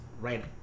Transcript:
right